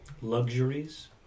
luxuries